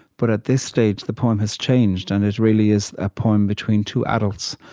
but at this stage, the poem has changed, and it really is a poem between two adults.